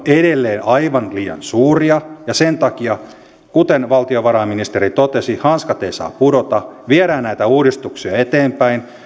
edelleen aivan liian suuria ja sen takia kuten valtiovarainministeri totesi hanskat eivät saa pudota viedään näitä uudistuksia eteenpäin